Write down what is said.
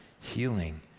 healing